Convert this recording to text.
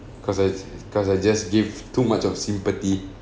cause I cause I just give too much of sympathy